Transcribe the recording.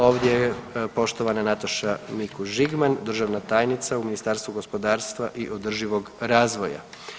Ovdje je poštovana Nataša Mikuš-Žigman državna tajnica u Ministarstvu gospodarstva i održivog razvoja.